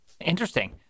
Interesting